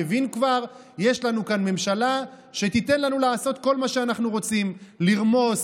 מבין כבר: יש לנו כאן ממשלה שתיתן לנו לעשות כל מה שאנחנו רוצים: לרמוס,